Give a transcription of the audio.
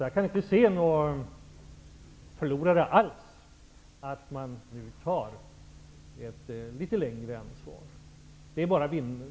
Jag kan inte se några förlorare alls i att man nu tar ett längre ansvar.